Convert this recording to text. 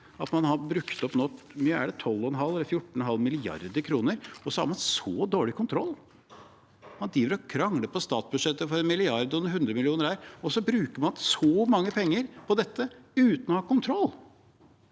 at man har brukt opp, hvor mye er det, 12,5 eller 14,5 mrd. kr, og så har man så dårlig kontroll. Man driver og krangler på statsbudsjettet om en milliard her og hundre millioner der, og så bruker man så mange penger på dette uten å ha kontroll.